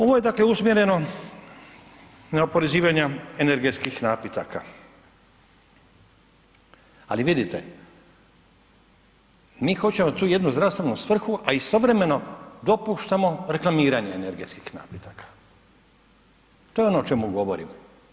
Ovo je dakle usmjereno na oporezivanja energetskih napitaka, ali vidite mi hoćemo tu jednu zdravstvenu svrhu, a istovremeno dopuštamo reklamiranje energetskih napitaka, to je ono o čemu govorimo.